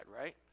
right